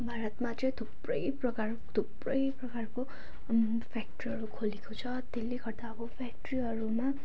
भारतमा चाहिँ थुप्रै प्रकारको थुप्रै प्रकारको फ्याक्ट्रीहरू खोलिएको छ त्यसले गर्दा अब फ्याक्ट्रीहरूमा